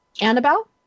Annabelle